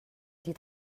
die